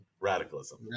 Radicalism